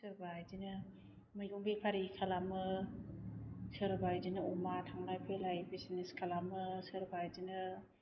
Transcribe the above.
सोरबा बिदिनो मैगं बेफारि खालामो सोरबा बिदिनो अमा थांलाय फैलाय बिजेनेस खालामो सोरबा बिदिनो